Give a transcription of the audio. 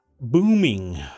booming